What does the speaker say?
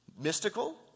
Mystical